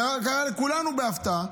זה קרה לכולנו בהפתעה.